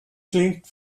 klingt